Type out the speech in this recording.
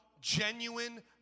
genuine